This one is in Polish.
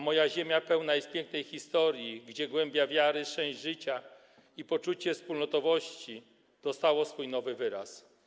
Moja ziemia pełna jest pięknej historii, gdzie głębia wiary, sens życia i poczucie wspólnotowości dostały swój nowy wyraz.